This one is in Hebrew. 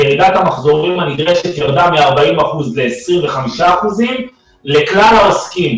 ירידת המחזורים מ-40 אחוזים ל-25 אחוזים לכלל העוסקים